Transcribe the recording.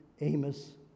Amos